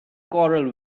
quarrel